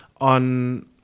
on